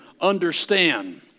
understand